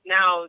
Now